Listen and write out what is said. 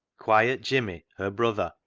quiet jimmy, her brother,